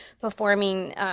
performing